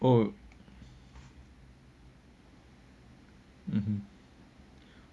oh (uh huh)